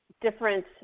different